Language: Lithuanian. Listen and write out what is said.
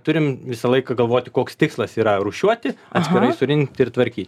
turim visą laiką galvoti koks tikslas yra rūšiuoti atskirai surinkti ir tvarkyti